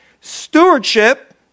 Stewardship